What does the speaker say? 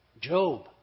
Job